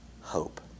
hope